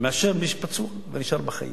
מאשר למי שפצוע ונשאר בחיים.